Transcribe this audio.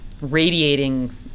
radiating